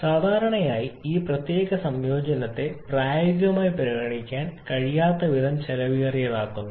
സാധാരണയായി ഈ പ്രത്യേക സംയോജനത്തെ പ്രായോഗികമായി പരിഗണിക്കാൻ കഴിയാത്തവിധം ചെലവേറിയതാക്കുന്നു